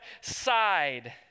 side